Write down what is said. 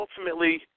ultimately